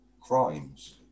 crimes